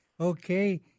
okay